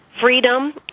freedom